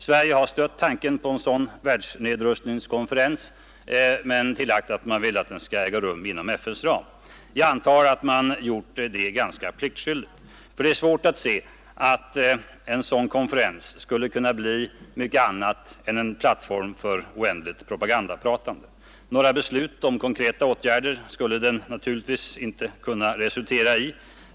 Sverige har stött tanken på en sådan världsnedrustningskonferens men tillagt att man vill att den skall äga rum inom FN:s ram. Jag antar att man gjort det pliktskyldigast för det är svårt att se att en sådan konferens skulle kunna bli mycket annat än en plattform för ett oändligt propagandapratande. Några beslut om konkreta åtgärder skulle den naturligtvis inte kunna resultera i.